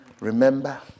remember